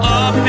up